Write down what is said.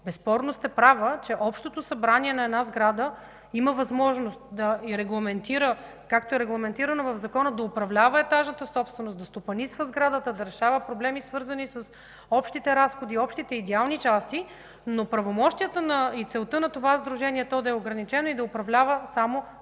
Безспорно сте права, че Общото събрание на една сграда има възможност, както е регламентирано в закона, да управлява етажната собственост, да стопанисва сградата, да решава проблеми, свързани с общите разходи с общите идеални части, но правомощията и целта на това сдружение е то да е ограничено и да управлява само проекта